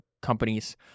companies